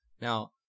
Now